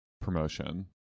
promotion